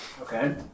Okay